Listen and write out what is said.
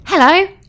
Hello